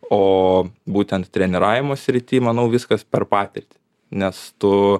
o būtent treniravimo srity manau viskas per patirtį nes tu